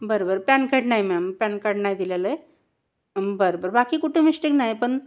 बरं बरं PAN card नाही मॅम पॅन कार्ड नाही दिलेला आहे बरं बरं बाकी कुठे मिस्टेक नाही पण